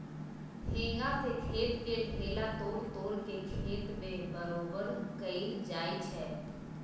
हेंगा से खेत के ढेला तोड़ तोड़ के खेत के बरोबर कएल जाए छै